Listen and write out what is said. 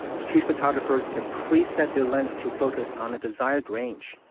streif photographers can preset their lens to focus on a desired range,